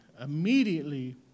immediately